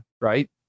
right